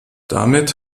damit